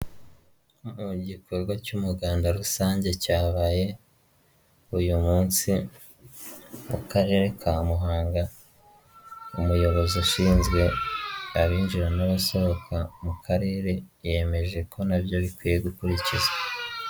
Igikorwa cy'umuganda rusange cyabaye uyu munsi mu Karere ka Muhanga, umuyobozi ushinzwe abinjira n'abasohoka mu Karere yemeje ko na byo bikwiye gukurikizwa.